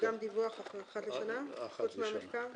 דיווח אחת לשנה חוץ מהמחקר?